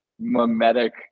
mimetic